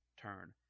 turn